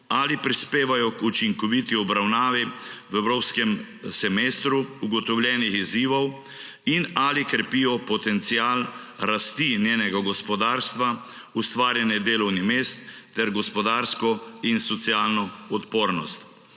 ali prispevajo k učinkoviti obravnavi v evropskem semestru ugotovljenih izzivov in ali krepijo potencial rasti in njenega gospodarstva, ustvarjanje delovnih mest ter gospodarsko in socialno odpornost.